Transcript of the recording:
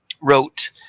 wrote